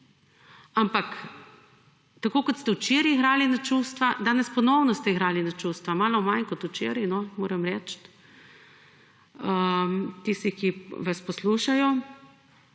Ampak tako kot ste včeraj igrali na čustva, danes ponovno ste igrali na čustva, malo manj kot včeraj, moram reči, tistih, ki vas poslušajo,